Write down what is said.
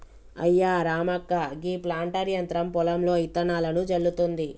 అయ్యా రామక్క గీ ప్లాంటర్ యంత్రం పొలంలో ఇత్తనాలను జల్లుతుంది